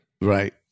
Right